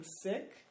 sick